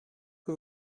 que